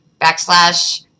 backslash